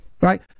right